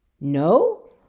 No